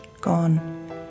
gone